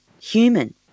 human